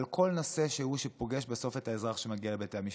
על כל נושא שהוא שפוגש בסוף את האזרח שמגיע לבתי המשפט,